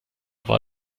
war